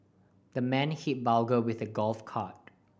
the man hit burglar with a golf club